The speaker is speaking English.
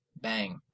Bang